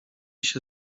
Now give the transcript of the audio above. się